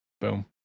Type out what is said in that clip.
boom